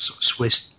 Swiss